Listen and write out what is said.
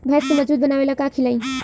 भैंस के मजबूत बनावे ला का खिलाई?